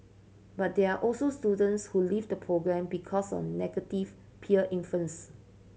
but there also students who leave the programme because of negative peer influence